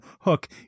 Hook